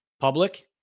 public